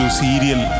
serial